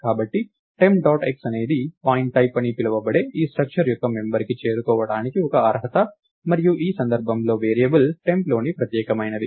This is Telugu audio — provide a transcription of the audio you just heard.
కాబట్టి temp dot x అనేది పాయింట్టైప్ అని పిలువబడే ఈ స్ట్రక్చర్ యొక్క మెంబర్కి చేరుకోవడానికి ఒక అర్హత మరియు ఈ సందర్భంలో వేరియబుల్ టెంప్లోని ప్రత్యేకమైనది